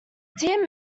dear